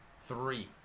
Three